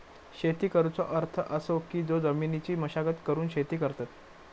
शेती करुचो अर्थ असो की जो जमिनीची मशागत करून शेती करतत